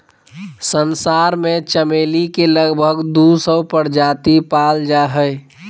संसार में चमेली के लगभग दू सौ प्रजाति पाल जा हइ